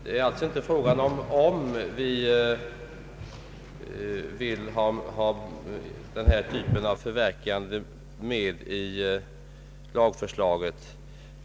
Det är alltså inte fråga om huruvida vi vill ha den här typen av förverkande med i lagförslaget.